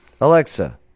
Alexa